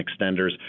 extenders